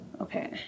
Okay